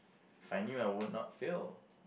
if I knew I would not fail